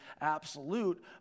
absolute